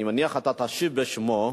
אני מניח שאתה תשיב בשמו,